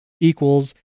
equals